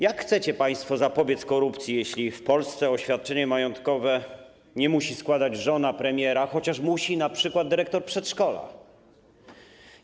Jak chcecie państwo zapobiec korupcji, jeśli w Polsce oświadczenia majątkowego nie musi składać żona premiera, a np. dyrektor przedszkola musi?